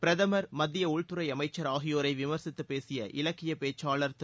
பிரதமர் மத்திய உள்துறை அமைச்சர் ஆகியோரை விமர்சித்துப் பேசிய இலக்கிய பேச்சாளர் திரு